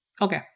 Okay